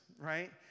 right